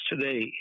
today